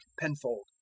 Penfold